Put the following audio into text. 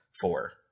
four